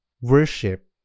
worship